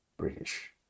British